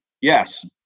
yes